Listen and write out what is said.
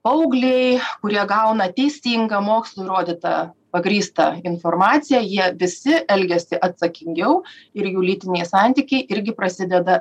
paaugliai kurie gauna teisingą mokslu įrodyta pagrįstą informaciją jie visi elgiasi atsakingiau ir jų lytiniai santykiai irgi prasideda